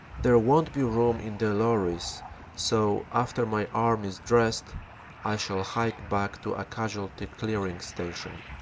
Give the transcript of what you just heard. there won't be room in the lorries so after my arm is dressed i shall hike back to a casualty clearing station.